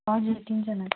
हजुर तिनजनाको